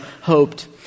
hoped